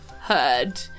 heard